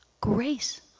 grace